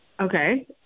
Okay